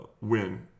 win